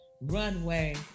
runway